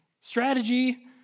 strategy